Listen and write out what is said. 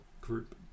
group